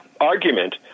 argument